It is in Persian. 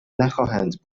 نخواهند